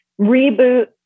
Reboot